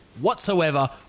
whatsoever